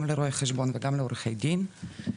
גם לרואי חשבון וגם לעורכי דין.